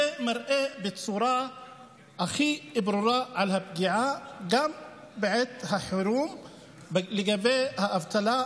זה מראה בצורה ברורה מאוד גם על הפגיעה בעת החירום לגבי האבטלה,